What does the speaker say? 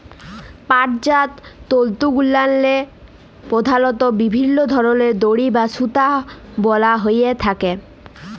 পাটজাত তলতুগুলাল্লে পধালত বিভিল্ল্য ধরলের দড়ি বা সুতা বলা হ্যঁয়ে থ্যাকে